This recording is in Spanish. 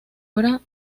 obra